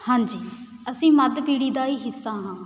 ਹਾਂਜੀ ਅਸੀਂ ਮੱਧ ਪੀੜ੍ਹੀ ਦਾ ਹੀ ਹਿੱਸਾ ਹਾਂ